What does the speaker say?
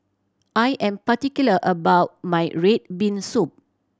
I am particular about my red bean soup